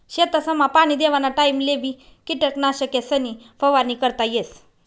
शेतसमा पाणी देवाना टाइमलेबी किटकनाशकेसनी फवारणी करता येस